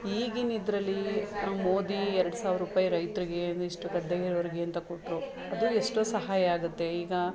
ಈಗಿನ ಇದರಲ್ಲಿ ಮೋದಿ ಎರಡು ಸಾವ್ರ ರೂಪಾಯಿ ರೈತರಿಗೆ ಏನು ಇಷ್ಟು ಗದ್ದೆ ಇರೋರಿಗೆ ಅಂತ ಕೊಟ್ಟರು ಅದು ಎಷ್ಟೋ ಸಹಾಯ ಆಗುತ್ತೆ ಈಗ